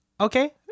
Okay